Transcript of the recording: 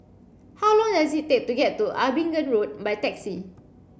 how long does it take to get to Abingdon Road by taxi